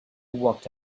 walked